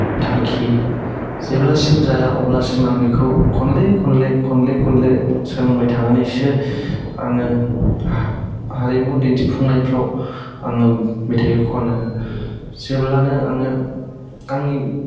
थांखि जेब्लासिम जाया अब्लासिम आं बेखौ खनले खनले खनले खनले सोलोंबाय थानानैसो आङो हारिमु दिन्थिफुंनायफ्राव आङो मेथाइ खनो जेब्लानो आङो आंनि